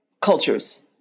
cultures